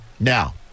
Now